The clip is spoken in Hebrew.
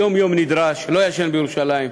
שלא ישן בירושלים,